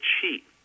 cheat